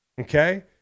okay